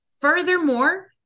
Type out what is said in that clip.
Furthermore